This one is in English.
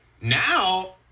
Now